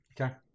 okay